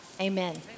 Amen